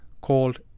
called